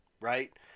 right